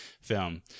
film